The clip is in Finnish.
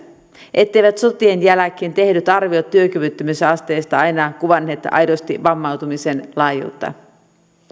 etteivät sotien jälkeen tehdyt arviot työkyvyttömyysasteesta aina kuvanneet aidosti vammautumisen laajuutta